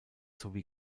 sowie